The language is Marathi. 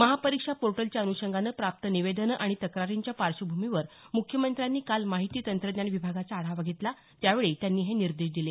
महापरीक्षा पोर्टलच्या अनुषंगाने प्राप्त निवदनं आणि तक्रारींच्या पार्श्वभूमीवर मुख्यमंत्र्यांनी काल माहिती तंत्रज्ञान विभागाचा आढावा घेतला त्यावेळी हे निर्देश दिले